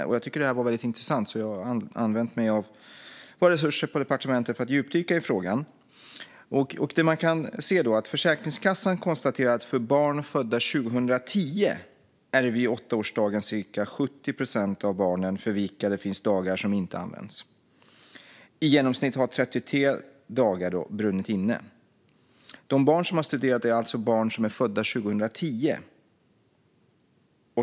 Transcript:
Jag tyckte att det här var väldigt intressant, så jag använde mig av våra resurser på departementet för att djupdyka i frågan. Försäkringskassan konstaterade gällande barn födda 2010 att det för cirka 70 procent av barnen fanns dagar som inte använts vid åttaårsdagen; i genomsnitt hade då 33 dagar brunnit inne. De barn som man studerade var alltså barn födda 2010.